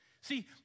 See